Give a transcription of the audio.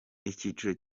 icyiciro